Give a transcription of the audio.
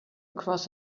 across